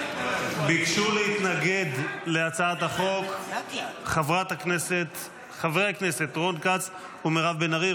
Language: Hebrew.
--- ביקשו להתנגד להצעת החוק חברי הכנסת רון כץ ומירב בן ארי.